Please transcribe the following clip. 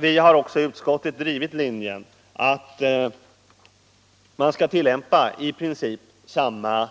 Vi har också i utskottet drivit linjen att man i princip skall tillämpa samma